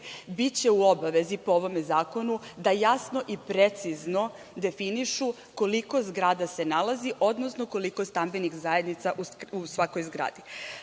biće po ovom zakonu u obavezi da jasno i precizno definišu koliko zgrada se nalazi, odnosno koliko stambenih zajednica u svakoj zgradi.